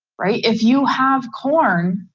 right? if you have corn,